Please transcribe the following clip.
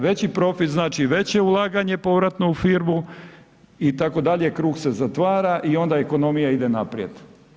Veći profit znači i veće ulaganje povratno u firmu itd. krug se zatvara i onda ekonomija ide naprijed.